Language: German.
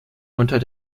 unter